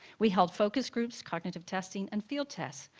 we held focus groups, cognitive testing, and field tests.